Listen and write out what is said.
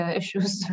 issues